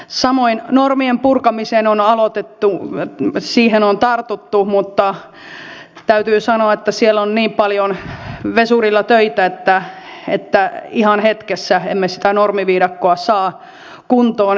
samoin normien purkaminen on aloitettu siihen on tartuttu mutta täytyy sanoa että siellä on niin paljon vesurilla töitä että ihan hetkessä emme sitä normiviidakkoa saa kuntoon